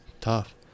tough